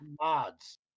mods